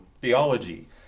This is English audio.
theology